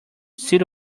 city